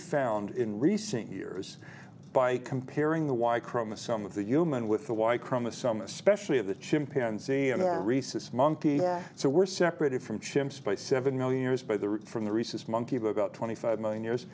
found in recent years by comparing the y chromosome of the human with the y chromosome especially of the chimpanzee and our rhesus monkey so we're separated from chimps by seven million years by the route from the rhesus monkey of about twenty five million years